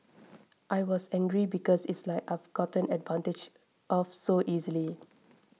I was angry because it's like I've gotten advantage of so easily